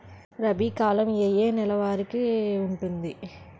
రబీ కాలం ఏ ఏ నెల వరికి ఉంటుంది?